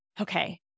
okay